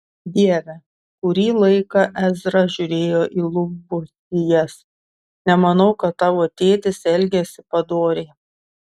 dieve kurį laiką ezra žiūrėjo į lubų sijas nemanau kad tavo tėtis elgėsi padoriai